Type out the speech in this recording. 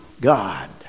God